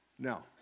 Now